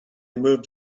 moved